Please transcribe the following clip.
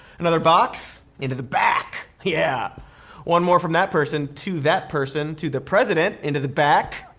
another box into the back, yeah. one more from that person, to that person, to the president, into the back.